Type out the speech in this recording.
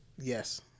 yes